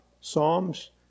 psalms